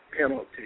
penalty